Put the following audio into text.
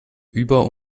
über